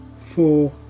four